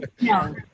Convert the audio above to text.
no